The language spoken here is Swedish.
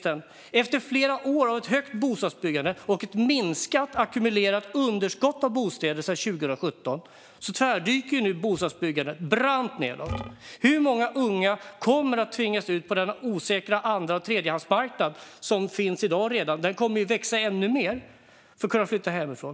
Efter flera år av högt bostadsbyggande och minskat ackumulerat underskott av bostäder sedan 2017 tvärdyker nu bostadsbyggandet brant nedåt. Hur många unga kommer att tvingas ut på den osäkra och växande andra och tredjehandsmarknaden för att kunna flytta hemifrån?